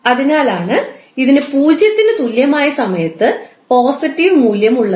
അതിനാലാണ് ഇതിന് 0 ന് തുല്യമായ സമയത്ത് പോസിറ്റീവ് മൂല്യം ഉള്ളത്